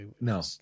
No